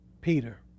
Peter